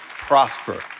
prosper